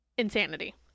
Insanity